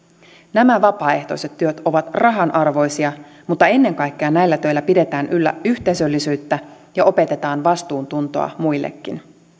nämä vapaaehtoiset työt ovat rahanarvoisia mutta ennen kaikkea näillä töillä pidetään yllä yhteisöllisyyttä ja opetetaan vastuuntuntoa muillekin